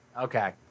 Okay